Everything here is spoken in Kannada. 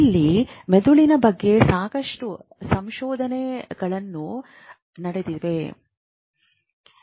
ಇಲಿ ಮೆದುಳಿನ ಬಗ್ಗೆ ಸಾಕಷ್ಟು ಸಂಶೋಧನೆಗಳು ನಡೆದಿವೆ